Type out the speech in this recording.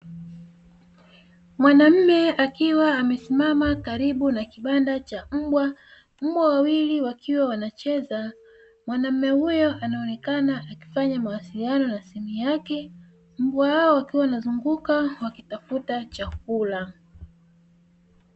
Mwanaume akiwa amesimama karibu na kibanda cha mbwa, mbwa wawili wakiwa wanacheza mwanamume huyo anaonekana akifanya mawasiliano na simu yake; mbwa wao wakiwa wanazunguka wakitafuta chakula.